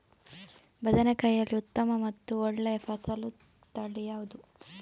ಬದನೆಕಾಯಿಯಲ್ಲಿ ಉತ್ತಮ ಮತ್ತು ಒಳ್ಳೆಯ ಫಸಲು ತಳಿ ಯಾವ್ದು?